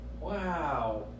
Wow